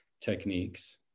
techniques